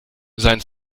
sein